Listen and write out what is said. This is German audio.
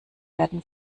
werden